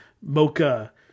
mocha